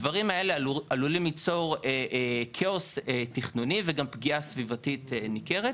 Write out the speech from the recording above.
הדברים האלה עלולים ליצור כאוס תכנוני וגם פגיעה סביבתית ניכרת.